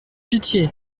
pitié